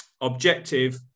objective